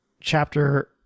chapter